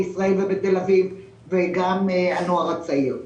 וגם הנוער הצעיר.